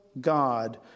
God